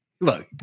look